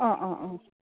অঁ অঁ অঁ